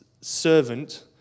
servant